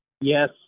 Yes